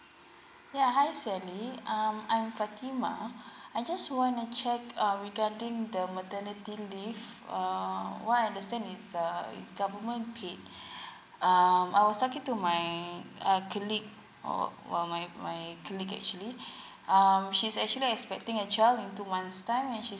ya hi Sally um I'm fatimah I just want to check um regarding the maternity leave uh what I understand is the is government paid um I was talking to my err colleague or well my my colleague actually um she's actually expecting a child in two months time and she